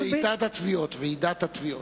ועידת התביעות.